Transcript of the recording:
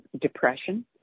depression